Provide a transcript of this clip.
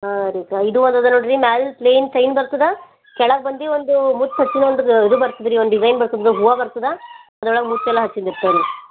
ಹಾಂ ರೀ ಅಕ್ಕ ಇದು ಅದದ ನೋಡಿರಿ ಮ್ಯಾಲೆ ಪ್ಲೈನ್ ಚೈನ್ ಬರ್ತದೆ ಕೆಳಗೆ ಬಂದು ಒಂದು ಮುತ್ತು ಹಚ್ಚಿದ್ದು ಒಂದು ಇದು ಬರ್ತದೆರಿ ಒಂದು ಡಿಸೈನ್ ಬರ್ತದೆ ಹೂವು ಬರ್ತದೆ ಅದ್ರೊಳಗೆ ಮುತ್ತೆಲ್ಲ ಹಚ್ಚಿಂದಿರ್ತವೆರಿ